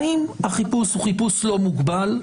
האם החיפוש הוא חיפוש לא מוגבל?